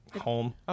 home